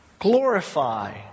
glorify